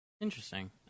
Interesting